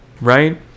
right